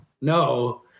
No